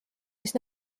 mis